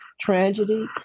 tragedy